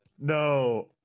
No